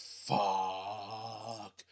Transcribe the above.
fuck